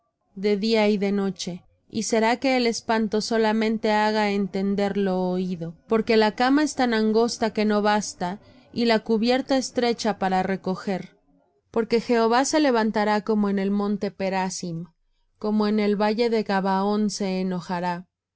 de día y de noche y será que el espanto solamente haga entender lo oído porque la cama es tan angosta que no basta y la cubierta estrecha para recoger porque jehová se levantará como en el monte perasim como en el valle de gabaón se enojará